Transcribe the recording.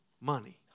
money